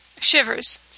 Shivers